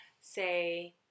Say